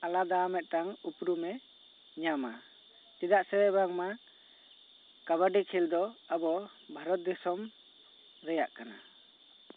ᱟᱞᱟᱫᱟ ᱢᱤᱫᱴᱟᱝ ᱩᱯᱨᱩᱢᱮ ᱧᱟᱢᱟ ᱪᱮᱫᱟᱜ ᱥᱮ ᱵᱟᱝᱢᱟ ᱠᱟᱵᱟᱰᱤ ᱠᱷᱮᱞ ᱫᱚ ᱟᱵᱚ ᱵᱷᱟᱨᱚᱛ ᱫᱤᱥᱚᱢ ᱨᱮᱭᱟᱜ ᱠᱟᱱᱟ